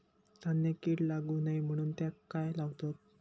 धान्यांका कीड लागू नये म्हणून त्याका काय लावतत?